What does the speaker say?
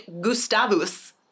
Gustavus